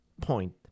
point